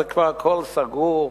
כבר הכול סגור,